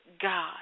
God